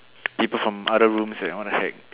people from other rooms eh what the heck